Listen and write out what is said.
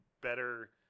better